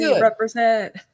represent